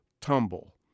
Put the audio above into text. Tumble